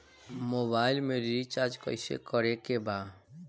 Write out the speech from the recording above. Mobile में recharge कइसे करे के बा?